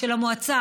של המועצה.